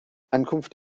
ankunft